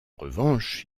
revanche